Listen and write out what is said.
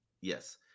Yes